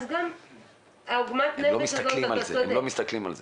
לצערנו הם לא מסתכלים על זה.